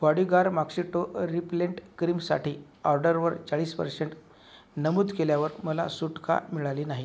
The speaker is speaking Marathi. बॉडीगार माकशिटो रिपलेंट क्रीमसाठी ऑर्डरवर चाळीस पर्सेंट नमूद केल्यावर मला सूट का मिळाली नाही